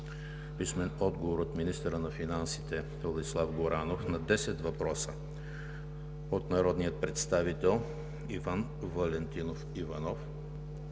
Иванов; - министъра на финансите Владислав Горанов на десет въпроса от народния представител Иван Валентинов Иванов;